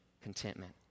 contentment